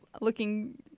looking